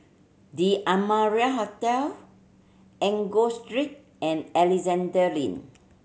The Amara Hotel Enggor Street and Alexandra Lane